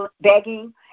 begging